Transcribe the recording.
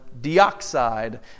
dioxide